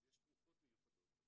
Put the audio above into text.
אז יש תרופות מיוחדות.